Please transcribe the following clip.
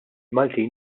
maltin